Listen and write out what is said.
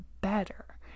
better